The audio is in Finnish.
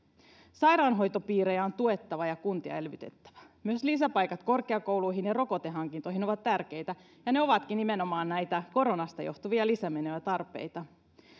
sairaanhoitopiirejä on tuettava ja kuntia elvytettävä myös lisäpaikat korkeakouluihin ja rokotehankintoihin ovat tärkeitä ja ne ovatkin nimenomaan näitä koronasta johtuvia lisämenoja ja tarpeita